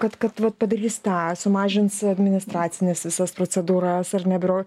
kad kad va padarys tą sumažins administracines visas procedūras ar ne biuro